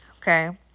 okay